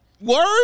Word